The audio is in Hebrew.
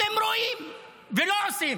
אתם רואים ולא עושים,